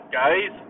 guys